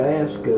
ask